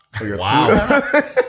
Wow